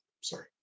sorry